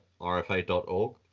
rfa.org